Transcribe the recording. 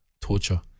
torture